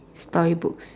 storybooks